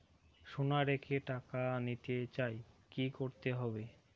সোনা রেখে টাকা নিতে চাই কি করতে হবে?